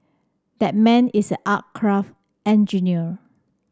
that man is aircraft engineer